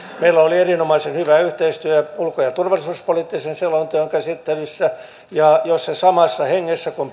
meillä oli erinomaisen hyvä yhteistyö ulko ja turvallisuuspoliittisen selonteon käsittelyssä ja jos se samassa hengessä kuin